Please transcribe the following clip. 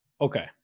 Okay